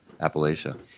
Appalachia